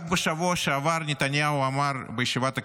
רק בשבוע שעבר נתניהו אמר בישיבת הקבינט,